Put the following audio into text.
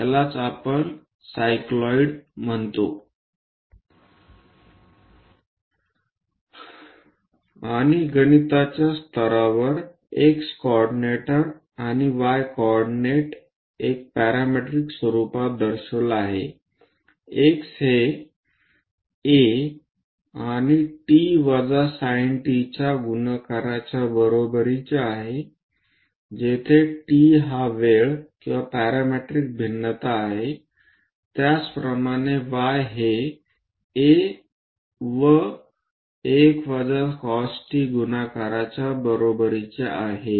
त्याचप्रमाणे y हेa 1 वजा cos t गुणाकाराच्या बरोबरीचे आहे